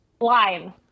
Line